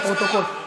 לפרוטוקול.